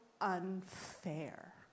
Unfair